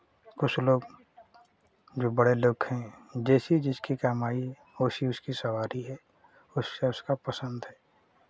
कुछ लोग जो बड़े लोग हैं जैसे जिसकी कमाई है वैसी उसकी सवारी है वैसे उसका पसंद है